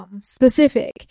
specific